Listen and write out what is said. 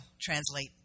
translate